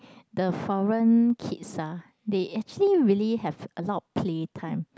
the foreign kids ah they actually really have a lot of play time